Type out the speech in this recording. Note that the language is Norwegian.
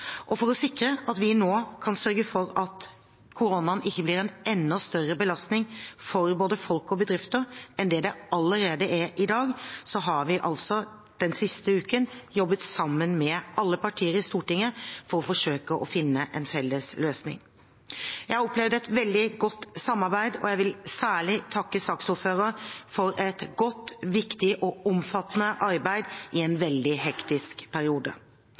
og det er konsekvenser som gjør at vi må gjøre store endringer fort. For å sikre at vi nå kan sørge for at koronaviruset ikke blir en enda større belastning for både folk og bedrifter enn det det allerede er i dag, har vi altså den siste uken jobbet sammen med alle partier i Stortinget for å forsøke å finne en felles løsning. Jeg har opplevd et veldig godt samarbeid, og jeg vil særlig takke saksordføreren for et godt, viktig og omfattende arbeid i en veldig hektisk